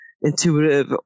intuitive